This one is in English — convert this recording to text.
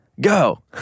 go